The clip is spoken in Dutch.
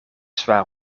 zwaar